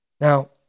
Now